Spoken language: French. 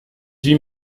huit